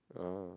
ah